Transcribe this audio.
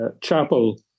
chapel